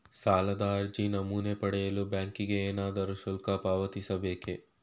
ಸಾಲದ ಅರ್ಜಿ ನಮೂನೆ ಪಡೆಯಲು ಬ್ಯಾಂಕಿಗೆ ಏನಾದರೂ ಶುಲ್ಕ ಪಾವತಿಸಬೇಕೇ?